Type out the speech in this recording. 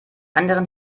anderen